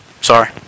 Sorry